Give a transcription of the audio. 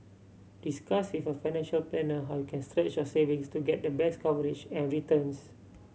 discuss with a financial planner how you can stretch your savings to get the best coverage and returns